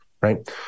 right